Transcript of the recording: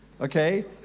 Okay